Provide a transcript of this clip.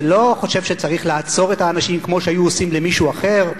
אני לא חושב שצריך לעצור את האנשים כמו שהיו עושים למישהו אחר,